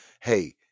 hey